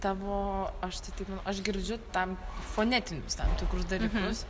manai tavo aš tai taip manau aš girdžiu tam fonetinius tam tikrus dalykus